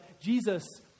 Jesus